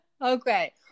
Okay